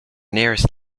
nearest